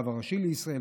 הרב הראשי לישראל,